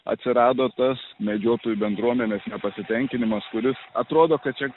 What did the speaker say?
atsirado tas medžiotojų bendruomenės nepasitenkinimas kuris atrodo kad čia